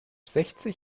sechzig